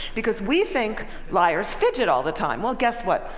because we think liars fidget all the time. well guess what,